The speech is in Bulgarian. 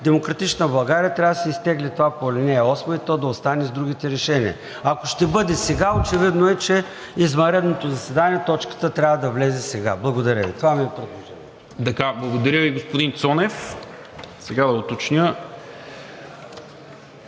„Демократична България“ трябва да си изтегли това по ал. 8 и то да остане с другите решения. Ако ще бъде сега, очевидно е, че за извънредното заседание точката трябва да влезе сега. Благодаря Ви. Това ми е предложението.